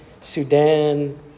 sudan